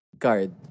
card